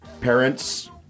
parents